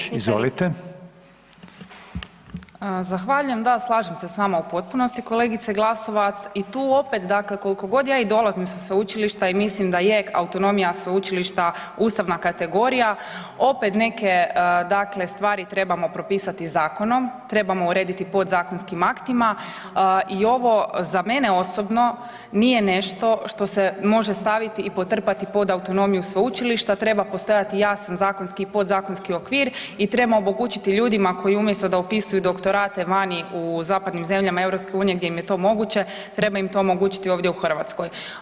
Zahvaljujem, da slažem se s vama u potpunosti kolegice Glasovac i tu opet dakle koliko god ja i dolazim sa sveučilišta i mislim da je autonomija sveučilišta ustavna kategorija opet neke dakle stvari trebamo propisati zakonom, trebamo urediti podzakonskim aktima i ovo za mene osobno nije nešto što se može staviti i podtrpati pod autonomiju sveučilišta, treba postojati jasan zakonski i podzakonski okvir i treba omogućiti ljudima koji umjesto da upisuju doktorate vani u zapadnim zemljama EU gdje im je to moguće treba im to omogućiti ovdje u Hrvatskoj.